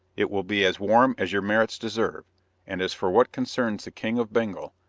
it will be as warm as your merits deserve and as for what concerns the king of bengal,